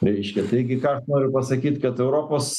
reiškia taigi ką aš noriu pasakyt kad europos